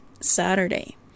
Saturday